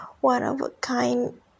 one-of-a-kind